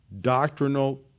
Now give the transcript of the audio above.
doctrinal